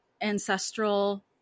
ancestral